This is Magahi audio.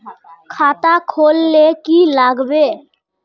खाता खोल ले की लागबे?